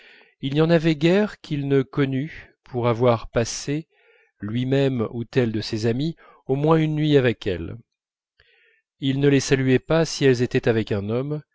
il n'y en avait guère qu'il ne connût pour avoir passé lui-même ou tel de ses amis au moins une nuit avec elles il ne les saluait pas si elles étaient avec un homme